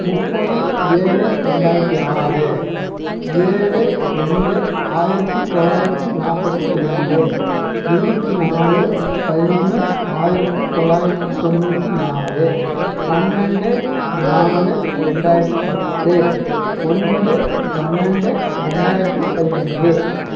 முப்பது ஏழு ரெண்டாயிரத்து ஆறு ஏழு ரெண்டு ஆயிரத்து தொள்ளாயிரத்து நாற்பத்தி ரெண்டு இருபத்தி நாலு பதினொன்று ஆயிரத்து தொள்ளாயிரத்து தொண்ணூற்றி நாலு பன்னெண்டு நாலு ரெண்டாயிரத்து பத்து ஒன்பது பன்னெண்டு ரெண்டாயிரத்து பதினஞ்சு